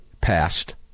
passed